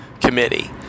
committee